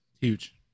Huge